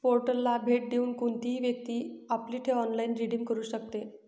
पोर्टलला भेट देऊन कोणतीही व्यक्ती आपली ठेव ऑनलाइन रिडीम करू शकते